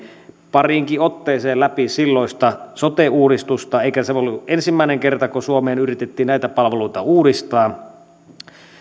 pariinkin otteeseen läpi silloista sote uudistusta eikä se ollut ensimmäinen kerta kun suomeen yritettiin näitä palveluita uudistaa